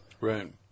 Right